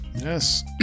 Yes